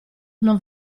non